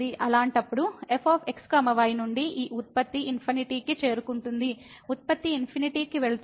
అలాంటప్పుడు f x y నుండి ఈ ఉత్పత్తి ఇన్ఫినిటీ కి చేరుకుంటుంది ఉత్పత్తి ఇన్ఫినిటీ కి వెళ్తుంది